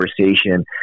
conversation